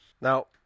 Now